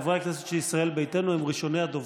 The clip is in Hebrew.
חברי הכנסת של ישראל ביתנו הם ראשוני הדוברים,